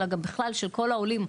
אלא גם בכלל של כל העולים.